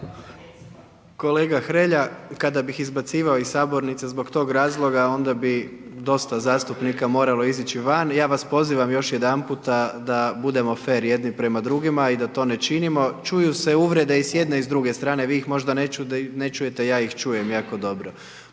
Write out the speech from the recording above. Kolega Hrelja, kada bih izbacivao iz sabornice zbog tog razloga onda bi dosta zastupnika moralo izići van. I ja vas pozivam još jedanputa da budemo fer jedni prema drugima i da to ne činimo. Čuju se uvrede i s jedne i s druge strane, vi ih možda ne čujete, ja ih čujem, jako dobro,